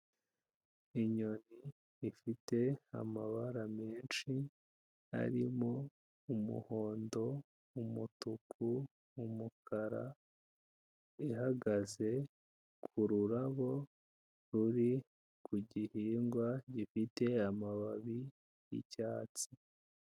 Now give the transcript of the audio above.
Inyoni ifite amabara menshi arimo umuhondo, umutuku, umukara, ihagaze ku rurabo ruri ku gihingwa gifite amababi y'icyatsi.